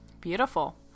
Beautiful